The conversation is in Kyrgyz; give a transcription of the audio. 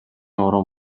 орун